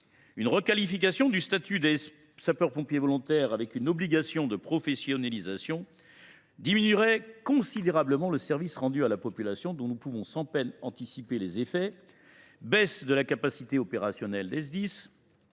Une requalification du statut des sapeurs pompiers volontaires, intégrant une obligation de professionnalisation, diminuerait considérablement le service rendu à la population. Nous pouvons sans peine anticiper les effets d’une telle évolution,